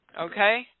Okay